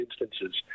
instances